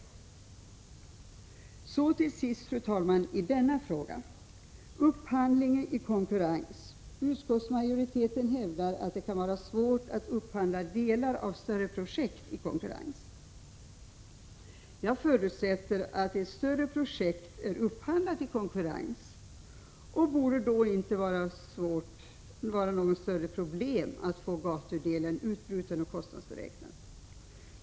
Till sist, fru talman, vill jag i detta sammanhang ta upp frågan om upphandling i konkurrens. Utskottsmajoriteten hävdar att det kan vara svårt att i konkurrens upphandla delar av ett större projekt. Jag förutsätter att större projekt är upphandlade i konkurrens, och det borde under sådana förhållanden inte vara något större problem att få gatudelen utbruten och kostnadsberäknad.